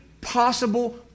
possible